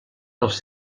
dels